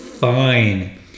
fine